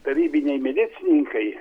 tarybiniai milicininkai